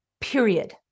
period